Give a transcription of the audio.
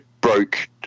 broke